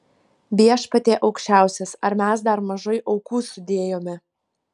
viešpatie aukščiausias ar mes dar mažai aukų sudėjome